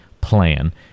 plan